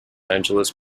angeles